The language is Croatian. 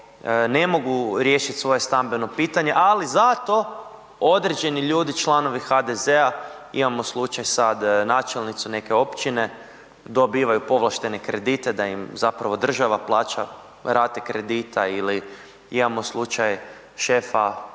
ne mogu riješiti svoje stambeno pitanje ali zato određeni ljudi članovi HDZ-a, imamo slučaj sad načelnicu neke općine, dobivaju povlaštene kredite da im zapravo država plaća rate kredita ili imamo slučaj šefa